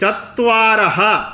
चत्वारः